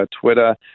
Twitter